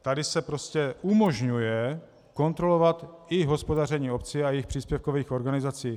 Tady se prostě umožňuje kontrolovat i hospodaření obcí a jejich příspěvkových organizací.